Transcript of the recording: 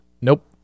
Nope